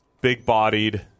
big-bodied